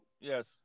yes